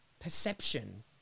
perception